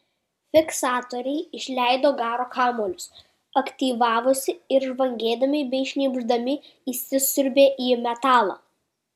fiksatoriai išleido garo kamuolius aktyvavosi ir žvangėdami bei šnypšdami įsisiurbė į metalą